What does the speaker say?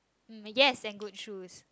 yes and good shoes